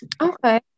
Okay